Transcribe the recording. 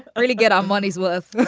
early get our money's worth